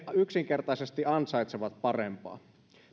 yksinkertaisesti ansaitsevat parempaa